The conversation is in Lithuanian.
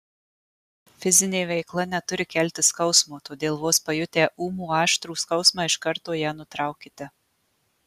fizinė veikla neturi kelti skausmo todėl vos pajutę ūmų aštrų skausmą iš karto ją nutraukite